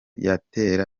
yatera